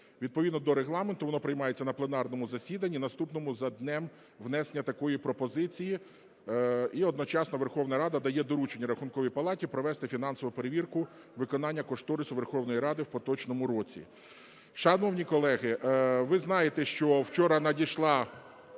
Відповідно до Регламенту воно приймається на пленарному засіданні, наступному за днем внесення такої пропозиції. І одночасно Верховна Рада дає доручення Рахунковій палаті провести фінансову перевірку виконання кошторису Верховної Ради в поточному році. Шановні колеги, ви знаєте, що вчора надійшла